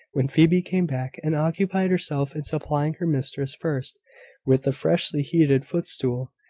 when phoebe came back, and occupied herself in supplying her mistress, first with a freshly-heated footstool,